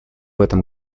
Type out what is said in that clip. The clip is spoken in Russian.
этом